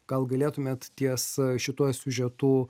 gal galėtumėt ties šituo siužetu